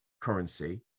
currency